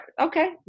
okay